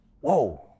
Whoa